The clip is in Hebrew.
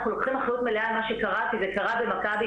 אנחנו לוקחים אחריות מלאה על מה שקרה כי זה קרה במכבי,